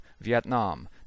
Vietnam